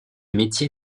métier